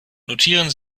notieren